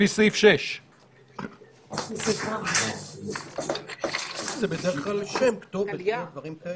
לפי סעיף 6. זה בדרך כלל שם, כתובת, דברים כאלה.